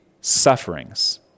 sufferings